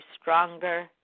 stronger